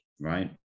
right